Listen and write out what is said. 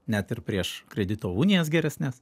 net ir prieš kredito unijas geresnes